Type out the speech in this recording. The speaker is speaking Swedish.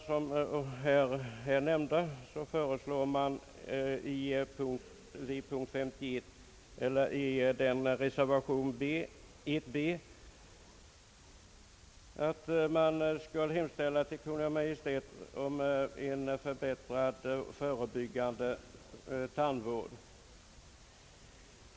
Som framgår av reservation b vill motionärerna att riksdagen i skrivelse till Kungl. Maj:t skall hemställa om en förbättrad förebyggande tandvård.